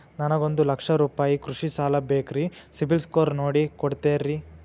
ನನಗೊಂದ ಲಕ್ಷ ರೂಪಾಯಿ ಕೃಷಿ ಸಾಲ ಬೇಕ್ರಿ ಸಿಬಿಲ್ ಸ್ಕೋರ್ ನೋಡಿ ಕೊಡ್ತೇರಿ?